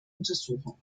untersuchung